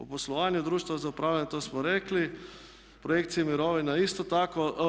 U poslovanju društva za upravljanje to smo rekli, projekcije mirovina isto tako.